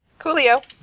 Coolio